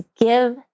give